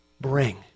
bring